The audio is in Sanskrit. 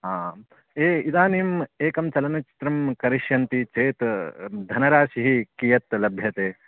आं ये इदानीम् एकं चलनचित्रं करिष्यन्ति चेत् धनराशिः कियत् लभ्यते